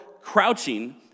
crouching